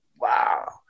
wow